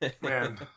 man